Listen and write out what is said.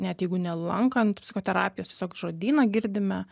net jeigu nelankant psichoterapijos tiesiog žodyną girdime